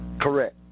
Correct